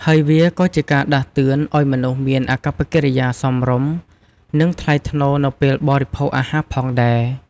ហើយវាក៏ជាការដាស់តឿនឲ្យមនុស្សមានអាកប្បកិរិយាសមរម្យ និងថ្លៃថ្នូរនៅពេលបរិភោគអាហារផងដែរ។